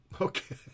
Okay